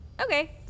Okay